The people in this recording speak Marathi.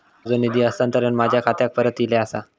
माझो निधी हस्तांतरण माझ्या खात्याक परत इले आसा